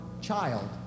child